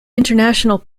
international